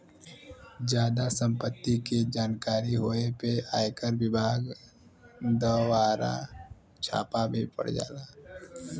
जादा सम्पत्ति के जानकारी होए पे आयकर विभाग दवारा छापा भी पड़ जाला